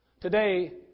Today